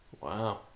Wow